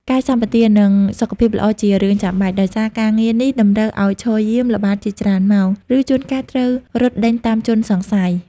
កាយសម្បទា និងសុខភាពល្អជារឿងចាំបាច់ ដោយសារការងារនេះតម្រូវឲ្យឈរយាម ល្បាត ជាច្រើនម៉ោង ឬជួនកាលត្រូវរត់ដេញតាមជនសង្ស័យ។